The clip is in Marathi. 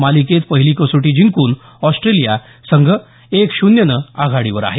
मालिकेत पहिली कसोटी जिंकून ऑस्ट्रेलिया संघ एक शून्यनं आघाडीवर आहे